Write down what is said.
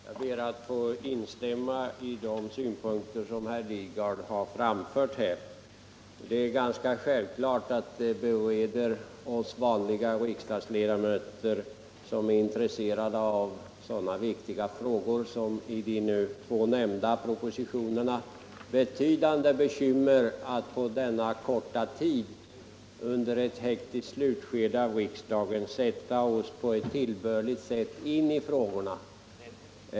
Herr talman! Jag ber att få instärama i de synpunkter som herr Lidgard har framfört. Det är ganska självklart att det bereder oss vanliga riksdagsledamöter, som är intresserade av sådana viktiga frågor som de nu två nämnda propositionerna behandlar, betydande bekymmer att under denna korta tid i ett hektiskt slutskede av sessionen sätta oss in i frågorna på ett tillbörligt sätt.